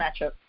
matchup